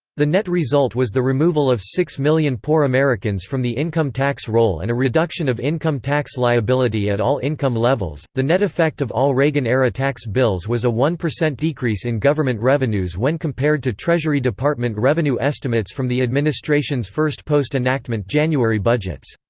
the net result was the removal of six million poor americans from the income tax roll and a reduction of income tax liability at all income levels the net effect of all reagan-era tax bills was a one percent decrease in government revenues when compared to treasury department revenue estimates from the administration's first post-enactment january budgets.